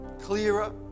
clearer